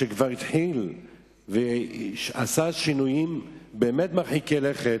שכבר עשה שינויים באמת מרחיקי לכת,